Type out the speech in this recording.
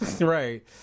Right